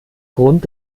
grund